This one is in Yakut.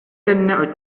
кэннэ